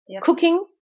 cooking